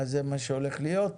זה מה שהולך להיות.